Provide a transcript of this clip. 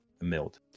milled